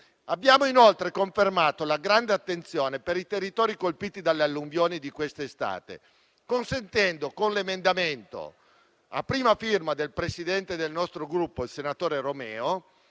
Abbiamo, inoltre, confermato la grande attenzione per i territori colpiti dalle alluvioni di quest'estate, consentendo alle Regioni, con l'emendamento a prima firma del Presidente del nostro Gruppo, il senatore Romeo,